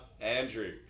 Andrew